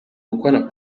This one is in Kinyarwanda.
ukubona